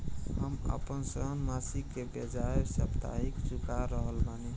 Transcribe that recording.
हम आपन ऋण मासिक के बजाय साप्ताहिक चुका रहल बानी